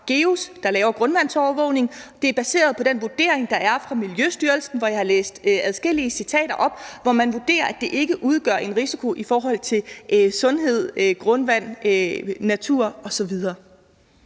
GEUS, der laver grundvandsovervågning, og det er baseret på den vurdering, der er fra Miljøstyrelsen, og jeg har læst adskillige citater op, hvor man vurderer, at det ikke udgør en risiko for sundhed, grundvand, natur osv.